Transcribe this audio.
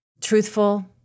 truthful